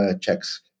checks